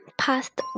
past